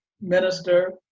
minister